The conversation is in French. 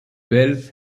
bel